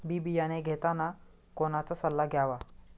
बी बियाणे घेताना कोणाचा सल्ला घ्यावा?